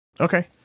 Okay